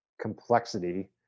complexity